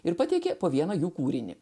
ir pateikė po vieną jų kūrinį